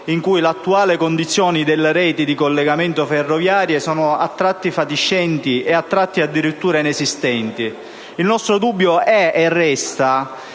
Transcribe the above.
in cui le attuali reti di collegamento ferroviario sono a tratti fatiscenti e a tratti addirittura inesistenti. Il nostro dubbio è e resta